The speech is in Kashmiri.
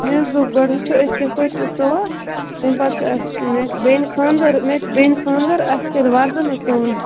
مےٚ حظ دوٚپ گۄڈٕ وٕچھو أسۍ کِتھ پٲٹھی چھِ سُوان تمہِ پَتہٕ چھِ اَسہِ مےٚ چھُ بیٚنہِ خانٛدَر مےٚ حظ چھُ بیٚنہِ خانٛدَر اَسہِ چھُ تیٚلہِ وَردَن حظ سُوُن